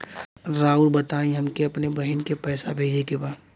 राउर बताई हमके अपने बहिन के पैसा भेजे के बा?